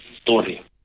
story